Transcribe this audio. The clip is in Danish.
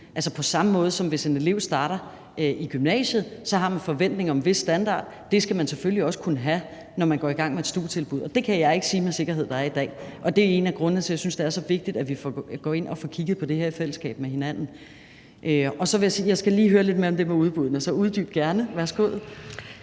med en stu. Ligesom en elev, der starter på gymnasiet, har en forventning om en vis standard, skal man selvfølgelig også kunne have det, når man går i gang med et stu-tilbud. Det kan jeg ikke sige med sikkerhed at der er i dag, og det er en af grundene til, at jeg synes, det er så vigtigt, at vi i fællesskab går ind og får kigget på det her. Så skal jeg lige høre lidt mere om det med udbuddet, så uddyb gerne – værsgo.